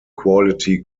quality